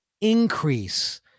increase